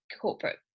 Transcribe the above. corporate